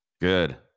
Good